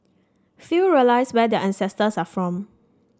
few realise where their ancestors are from